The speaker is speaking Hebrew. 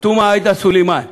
תומא סלימאן,